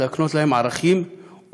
כדי להקנות להם ערכים ומסורת.